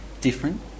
different